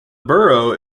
borough